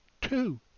two